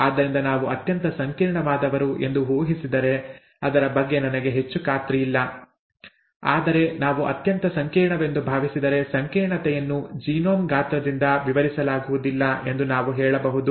ಆದ್ದರಿಂದ ನಾವು ಅತ್ಯಂತ ಸಂಕೀರ್ಣವಾದವರು ಎಂದು ಊಹಿಸಿದರೆ ಅದರ ಬಗ್ಗೆ ನನಗೆ ಹೆಚ್ಚು ಖಾತ್ರಿಯಿಲ್ಲ ಆದರೆ ನಾವು ಅತ್ಯಂತ ಸಂಕೀರ್ಣವೆಂದು ಭಾವಿಸಿದರೆ ಸಂಕೀರ್ಣತೆಯನ್ನು ಜೀನೋಮ್ ಗಾತ್ರದಿಂದ ವಿವರಿಸಲಾಗುವುದಿಲ್ಲ ಎಂದು ನಾವು ಹೇಳಬಹುದು